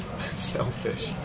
selfish